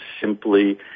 simply